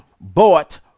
bought